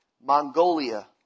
Mongolia